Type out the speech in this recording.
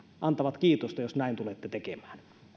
antavat kiitosta jos näin tulette tekemään